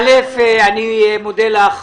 אני מודה לכם,